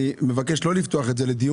אני מבקש לא לפתוח את זה לדיון,